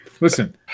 Listen